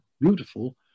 beautiful